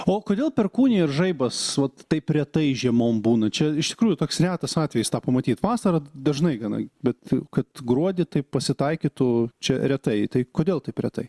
o kodėl perkūnija ir žaibas vat taip retai žiemom būna čia iš tikrųjų toks retas atvejis tą pamatyt vasarą dažnai gana bet kad gruodį taip pasitaikytų čia retai tai kodėl taip retai